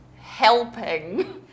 helping